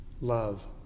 Love